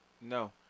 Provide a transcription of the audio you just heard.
No